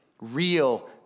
real